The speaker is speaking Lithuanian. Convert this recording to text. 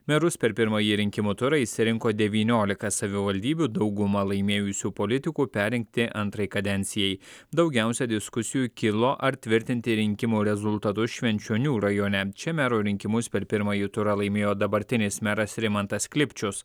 merus per pirmąjį rinkimų turą išsirinko devyniolika savivaldybių daugumą laimėjusių politikų perrinkti antrai kadencijai daugiausiai diskusijų kilo ar tvirtinti rinkimų rezultatus švenčionių rajone čia mero rinkimus per pirmąjį turą laimėjo dabartinis meras rimantas klipčius